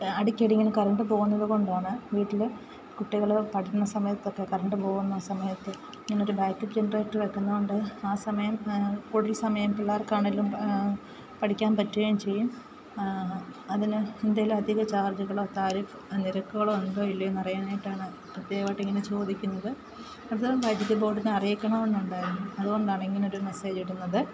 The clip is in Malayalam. അടിക്കടി ഇങ്ങനെ കറണ്ട് പോകുന്നത് കൊണ്ടാണ് വീട്ടിൽ കുട്ടികൾ പഠന സമയത്തൊക്കെ കരണ്ട് പോകുന്ന സമയത്ത് ഇങ്ങനൊരു ബാക്ക് അപ്പ് ജനറേറ്റർ വെക്കുന്നുണ്ട് ആ സമയം കൂടുതൽ സമയം പിള്ളേർക്കാണെങ്കിലും പഠിക്കാൻ പറ്റുകയും ചെയ്യും അതിന് എന്തെങ്കിലും അധിക ചാർജ്ജുകളോ താരിഫ് നിരക്കുകളോ ഉണ്ടോ ഇല്ലയോ എന്നറിയാനായിട്ട് പ്രത്യേകമായിട്ട് ഇങ്ങനെ ചോദിക്കുന്നത് അത് വൈദ്യുതി ബോർഡിനെ അറിയിക്കണമെന്നുണ്ടായിരുന്നു അതുകൊണ്ടാണ് ഇങ്ങനൊരു മെസ്സേജ് ഇടുന്നത്